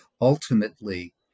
Ultimately